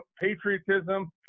patriotism